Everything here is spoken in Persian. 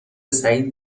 سعید